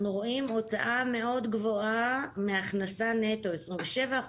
אנחנו רואים הוצאה מאוד גבוהה מהכנסה נטו: 27%,